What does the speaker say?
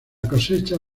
cosecha